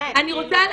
באמת ליליאן.